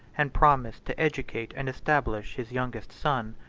and promised to educate and establish his youngest son.